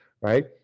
right